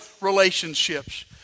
relationships